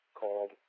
called